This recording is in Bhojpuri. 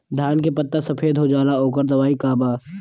धान के पत्ता सफेद हो जाला ओकर दवाई का बा?